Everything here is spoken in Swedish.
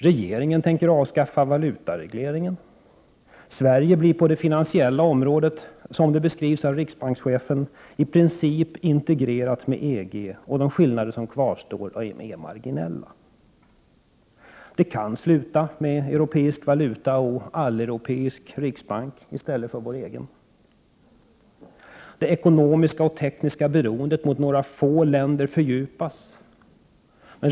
Regeringen tänker avskaffa valutaregleringen. Sverige blir på det finansiella området — som det beskrivs av riksbankschefen — i princip integrerat med EG. De skillnader som kvarstår är marginella. Det kan sluta med en europeisk valuta och en alleuropeisk riksbank i stället för vår egen. Det ekonomiska och tekniska beroendet gentemot några få länder fördjupas.